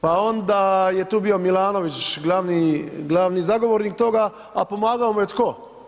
Pa onda je tu bio Milanović glavni zagovornik toga, a pomagao mu je tko?